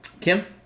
Kim